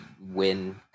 win